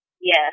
Yes